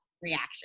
Reaction